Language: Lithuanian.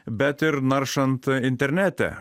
bet ir naršant internete